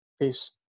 Peace